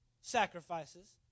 sacrifices